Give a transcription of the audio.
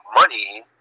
money